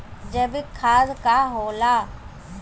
जैवीक खाद का होला?